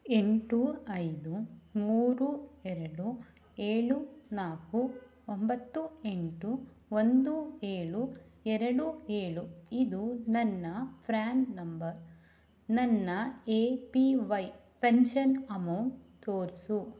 ಎಂಟು ಐದು ಮೂರು ಎರಡು ಏಳು ನಾಲ್ಕು ಒಂಬತ್ತು ಎಂಟು ಒಂದು ಏಳು ಎರಡು ಏಳು ಇದು ನನ್ನ ಪ್ರ್ಯಾನ್ ನಂಬರ್ ನನ್ನ A P Y pension amount ತೋರಿಸು